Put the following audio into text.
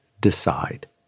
decide